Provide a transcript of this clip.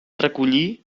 recollir